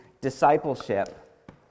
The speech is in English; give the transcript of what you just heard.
discipleship